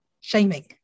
shaming